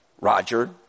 Roger